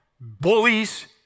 bullies